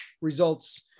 results